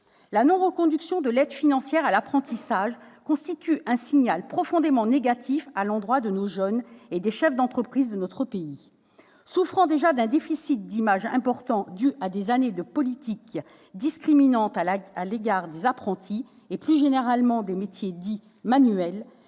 La non-reconduction de l'aide financière à l'apprentissage constitue un signal profondément négatif à l'endroit de nos jeunes et des chefs d'entreprise de notre pays. Souffrant déjà d'un déficit d'image important, dû à des années de politiques discriminantes à l'égard des apprentis, et plus généralement des métiers dits « manuels »,